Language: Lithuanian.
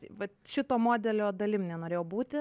vat šito modelio dalim nenorėjau būti